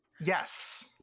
Yes